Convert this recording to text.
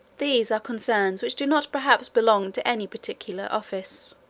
these are concerns which do not perhaps belong to any particular office